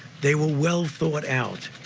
they were well thought out.